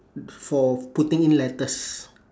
for putting in letters